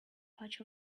patch